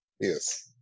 Yes